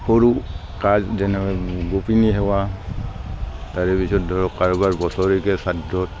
সৰু কাজ যেনে গোপিনী সেৱা তাৰপিছত ধৰক কাৰোবাৰ বছেৰেকীয়া শ্ৰাদ্ধত